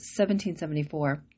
1774